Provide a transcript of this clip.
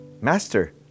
Master